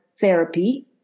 Therapy